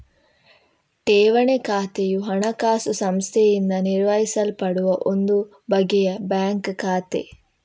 ಠೇವಣಿ ಖಾತೆಯು ಹಣಕಾಸು ಸಂಸ್ಥೆಯಿಂದ ನಿರ್ವಹಿಸಲ್ಪಡುವ ಒಂದು ಬಗೆಯ ಬ್ಯಾಂಕ್ ಖಾತೆ